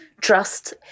trust